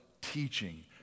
teaching